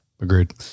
Agreed